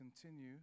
continue